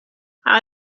how